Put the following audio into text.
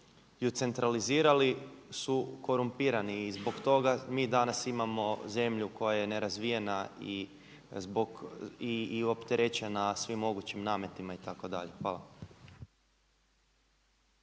je centralizirali su korumpirani i zbog toga mi danas imamo zemlju koja je nerazvijena i opterećena svim mogućim nametima itd.. Hvala.